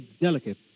delicate